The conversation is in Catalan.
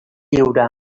lliure